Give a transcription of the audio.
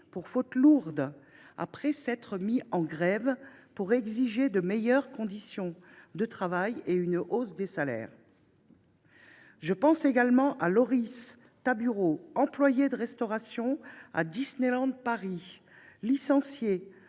pour faute lourde après s’être mis en grève pour exiger de meilleures conditions de travail et une hausse des salaires. Je pense à Loris Taboureau, employé de restauration à Disneyland Paris, licencié